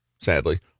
Sadly